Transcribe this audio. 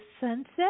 sunset